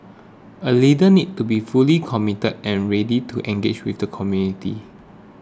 a leader needs to be fully committed and ready to engage with the community